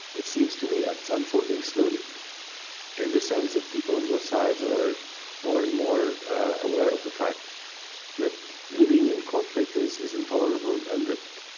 it seems to me it's unfolding slowly in the sense that people on both sides are more and more aware of the fact that living in conflict is is intolerable and that,